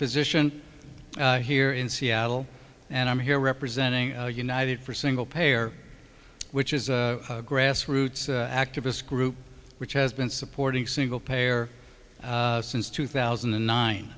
physician here in seattle and i'm here representing united for single payer which is a grassroots activist group which has been supporting single payer since two thousand and nine